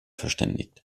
verständigt